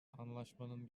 anlaşmanın